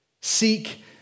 Seek